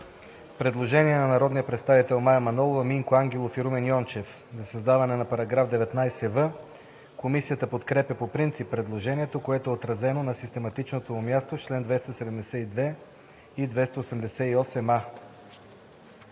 Предложение на народните представители Мая Манолова, Минко Ангелов и Румен Йончев за създаване на нов § 19в. Комисията подкрепя по принцип предложението, което е отразено на систематичното му място в чл. 272 и 288а.